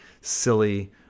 silly